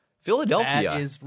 Philadelphia